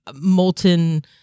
molten